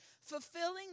fulfilling